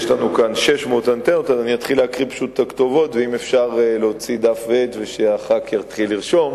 1. שאל אותי חבר הכנסת אמנון כהן שאלה חשובה: